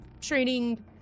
training